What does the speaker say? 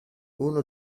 uno